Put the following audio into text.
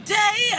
day